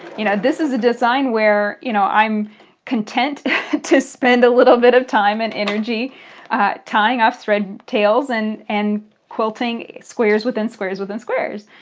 you know this is a design where you know i'm content to spend a little bit of time and energy tying up thread tails and and quilting squares within squares within squares.